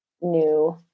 new